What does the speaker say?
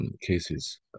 cases